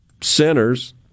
sinners